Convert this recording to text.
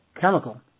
chemical